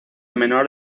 menor